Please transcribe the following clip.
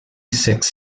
six